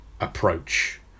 approach